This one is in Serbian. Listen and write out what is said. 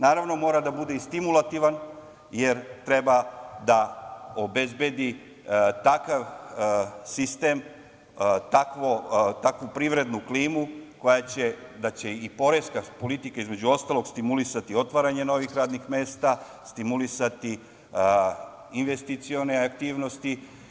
Naravno, mora da bude i stimulativan, jer treba da obezbedi takav sistem, takvu privrednu klimu da će i poreska politika, između ostalog, stimulisati otvaranje novih radnih mesta, stimulisati investicione aktivnosti.